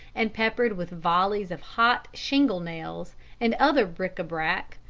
and peppered with volleys of hot shingle-nails and other bric-a-brac,